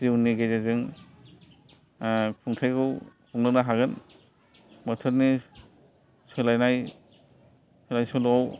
जिउनि गेजेरजों खुंथायखौ खुंलांनो हागोन बोथोरनि सोलायनाय सोलाय सोल'